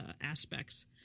aspects